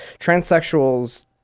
transsexuals